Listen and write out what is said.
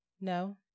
No